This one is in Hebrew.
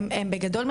הם בגדול,